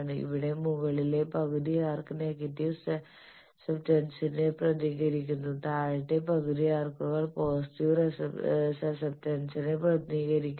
ഇവിടെ മുകളിലെ പകുതി ആർക് നെഗറ്റീവ് സസെപ്റ്റൻസിനെ പ്രതിനിധീകരിക്കുന്നു താഴത്തെ പകുതി ആർക്കുകൾ പോസിറ്റീവ് സസെപ്റ്റൻസിനെ പ്രതിനിധീകരിക്കുന്നു